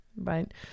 right